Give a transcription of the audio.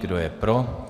Kdo je pro?